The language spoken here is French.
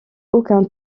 aucun